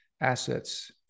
assets